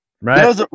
Right